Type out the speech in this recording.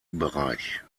bereich